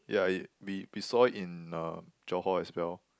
ya we we saw it in uh Johor as well